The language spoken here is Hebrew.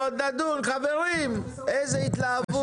חברים, איזו התלהבות.